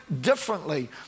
differently